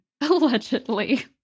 Allegedly